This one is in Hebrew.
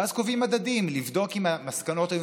ואז קובעים מדדים לבדוק אם המסקנות היו